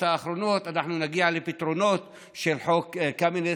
האחרונות אנחנו נגיע לפתרונות של חוק קמיניץ,